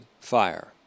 fire